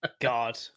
God